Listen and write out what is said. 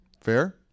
Fair